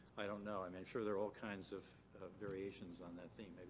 i don't know. i'm and sure there are all kinds of variations on that theme.